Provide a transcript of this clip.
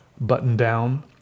button-down